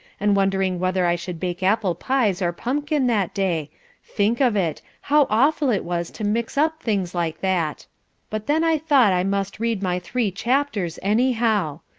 and wondering whether i should bake apple pies or pumpkin that day think of it! how awful it was to mix up things like that but then i thought i must read my three chapters anyhow.